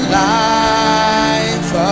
life